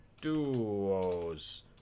duos